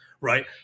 right